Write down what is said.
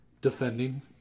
defending